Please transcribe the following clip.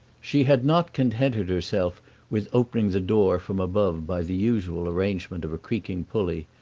she had not contented herself with opening the door from above by the usual arrangement of a creaking pulley,